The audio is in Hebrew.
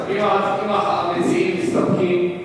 אם המציעים מסתפקים,